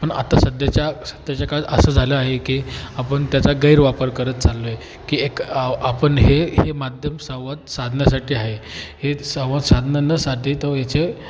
पण आता सध्याच्या सध्याचा काळ असं झालं आहे की आपण त्याचा गैरवापर करत चाललो आहे की एक आपण हे हे माध्यम संवाद साधण्यासाठी आहे हे संवाद साधण्यासाठी तो याचे